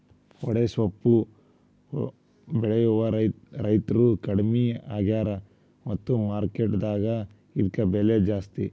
ಬಡೆಸ್ವಪ್ಪು ಬೆಳೆಯುವ ರೈತ್ರು ಕಡ್ಮಿ ಆಗ್ಯಾರ ಮತ್ತ ಮಾರ್ಕೆಟ್ ದಾಗ ಇದ್ಕ ಬೆಲೆ ಜಾಸ್ತಿ